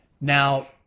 Now